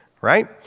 right